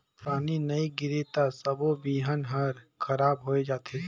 पानी नई गिरे त सबो बिहन हर खराब होए जथे